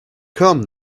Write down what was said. come